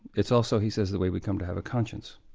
it's also, he says, the way we come to have a conscience.